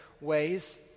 ways